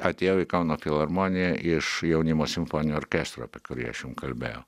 atėjau į kauno filharmoniją iš jaunimo simfoninio orkestro apie kurį aš jum kalbėjau